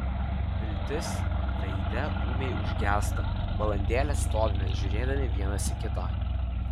viltis veide ūmiai užgęsta valandėlę stovime žiūrėdami vienas į kitą